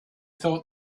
thought